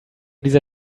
dieser